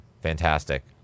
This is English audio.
Fantastic